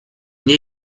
une